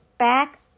back